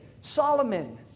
Solomon